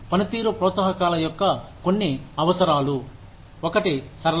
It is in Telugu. పనితీరు ప్రోత్సాహకాల యొక్క కొన్ని అవసరాలు 1 సరళత